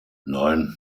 neun